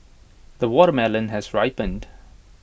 the watermelon has ripened